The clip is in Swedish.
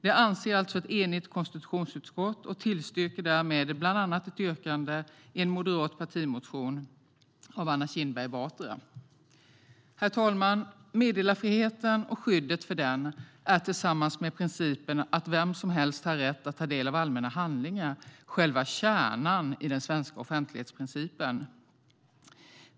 Det anser alltså ett enigt konstitutionsutskott och tillstyrker därmed bland annat ett yrkande i en moderat partimotion av Anna Kinberg Batra. Herr talman! Meddelarfriheten och skyddet för den är tillsammans med principen att vem som helst har rätt att ta del av allmänna handlingar själva kärnan i den svenska offentlighetsprincipen.